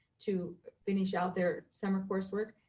to finish out their summer coursework.